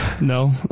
No